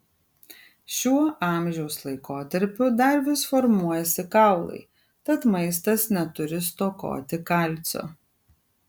šiuo amžiaus laikotarpiu dar vis formuojasi kaulai tad maistas neturi stokoti kalcio